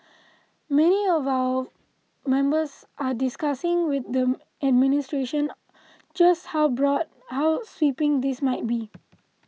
many of our members are discussing with the administration just how broad how sweeping this might be